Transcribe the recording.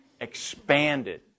expanded